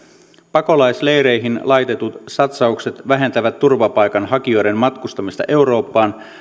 pakolaisleireihin laitetut satsaukset vähentävät turvapaikanhakijoiden matkustamista eurooppaan